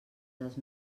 dels